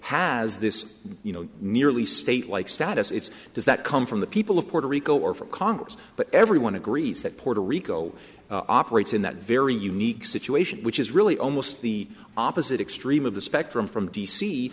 has this you know merely state like status its does that come from the people of puerto rico or for congress but everyone agrees that puerto rico operates in that very unique situation which is really almost the opposite extreme of the spectrum from d